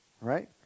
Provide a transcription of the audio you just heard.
right